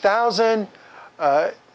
thousand